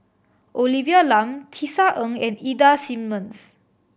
Olivia Lum Tisa Ng and Ida Simmons